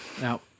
Now